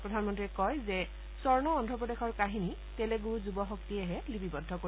প্ৰধানমন্ত্ৰীয়ে কয় যে স্বৰ্ণ অন্ধপ্ৰদেশৰ কাহিনী তেলেণ্ড যুৱশক্তিয়েহে লিপিবদ্ধ কৰিব